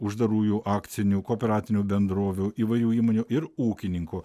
uždarųjų akcinių kooperatinių bendrovių įvairių įmonių ir ūkininkų